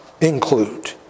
include